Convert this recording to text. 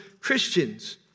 Christians